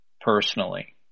personally